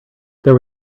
there